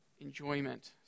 enjoyment